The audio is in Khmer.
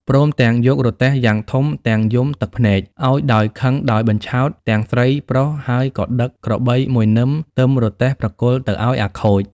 ព្រមទាំងយករទេះយ៉ាងធំទាំងយំទឹកភ្នែក ឱ្យដោយខឹងដោយបញ្ឆោតទាំងស្រីប្រុសហើយក៏ដឹក ក្របី១នឹមទឹមរទេះប្រគល់ទៅឱ្យអាខូច។